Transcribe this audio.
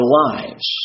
lives